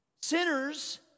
Sinners